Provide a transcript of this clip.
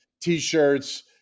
T-shirts